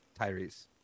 Tyrese